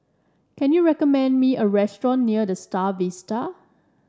can you recommend me a restaurant near The Star Vista